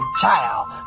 child